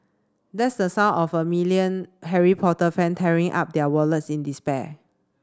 that's the sound of a million Harry Potter fan tearing up their wallets in despair